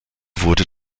wurde